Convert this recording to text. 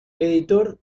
editor